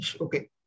Okay